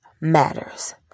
matters